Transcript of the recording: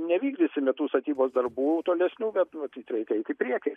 nevykdysime tų statybos darbų tolesnių bet matyt reikia eiti į priekį